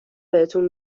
بهتون